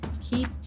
keep